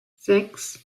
sechs